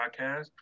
Podcast